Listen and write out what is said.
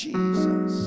Jesus